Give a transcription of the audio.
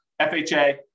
FHA